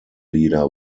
leader